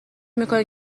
میکنه